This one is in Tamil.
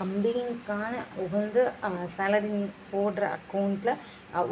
கம்பெனிகளுக்கான உகந்த சேலரி போடுற அகௌண்ட்டில்